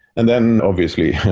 and then obviously,